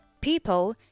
People